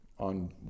on